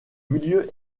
milieu